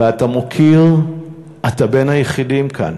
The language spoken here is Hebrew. ואתה מוקיר, אתה בין היחידים כאן